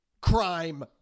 Crime